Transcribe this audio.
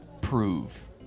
prove